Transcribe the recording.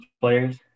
players